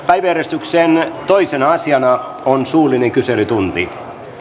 päiväjärjestyksen toisena asiana on suullinen kyselytunti